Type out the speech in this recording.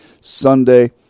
Sunday